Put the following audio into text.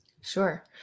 Sure